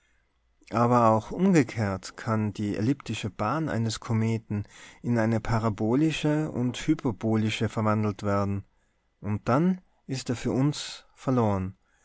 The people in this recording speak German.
aber auch umgekehrt kann die elliptische bahn eines kometen in eine parabolische oder hyperbolische verwandelt werden und dann ist er für uns verloren